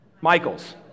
Michael's